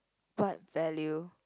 what value